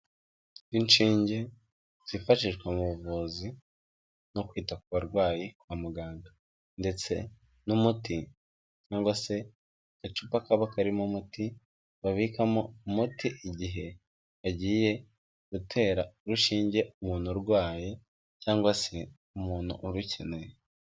Inshinge zifashishwa mu buvuzi no kwita ku barwayi kwa muganga ndetse n'umuti cyangwa se agacupa kaba karimo umuti, babikamo umuti igihe yagiye gutera urushinge umuntu urwaye cyangwa se umuntu urukeneye.